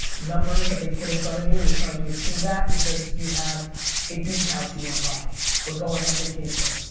numbers that they put in front of you, you're trying to achieve that because you have a beach house you want to buy or go on that vacation.